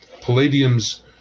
Palladium's